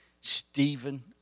Stephen